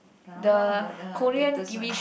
drama got ah latest one